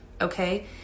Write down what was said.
okay